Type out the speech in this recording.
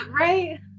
Right